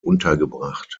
untergebracht